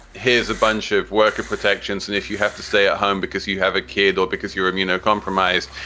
here's a bunch of worker protections. and if you have to stay at home because you have a kid or because you're immunocompromised,